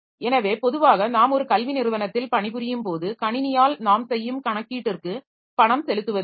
எனவே பொதுவாக நாம் ஒரு கல்வி நிறுவனத்தில் பணிபுரியும் போது கணினியால் நாம் செய்யும் கணக்கீட்டிற்கு பணம் செலுத்துவதில்லை